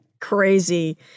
crazy